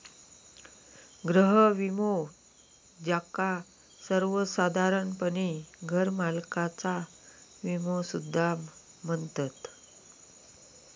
गृह विमो, ज्याका सर्वोसाधारणपणे घरमालकाचा विमो सुद्धा म्हणतत